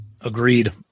Agreed